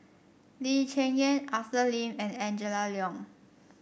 Lee Cheng Yan Arthur Lim and Angela Liong